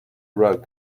rug